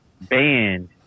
band